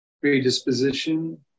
predisposition